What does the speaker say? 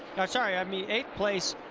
sorry, i mean eighth place.